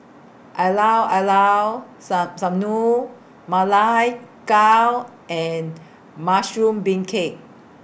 Iiao Liao Sun Sanum Ma Lai Gao and Mushroom Beancurd